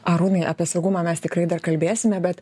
arūnai apie saugumą mes tikrai dar kalbėsime bet